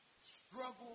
struggle